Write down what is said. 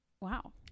Wow